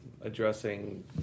addressing